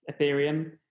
Ethereum